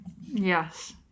yes